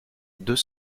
deux